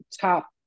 top